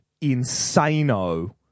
insano